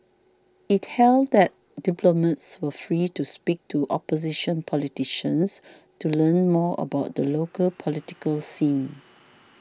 it held that diplomats were free to speak to opposition politicians to learn more about the local political scene